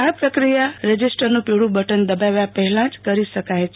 આ પ્રક્રિયા રજીસ્ટરનું પીળુ બટન દબાવ્યા પહેલા જ કરી શકાય છે